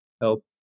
help